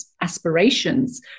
aspirations